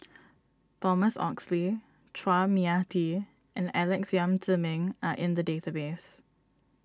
Thomas Oxley Chua Mia Tee and Alex Yam Ziming are in the database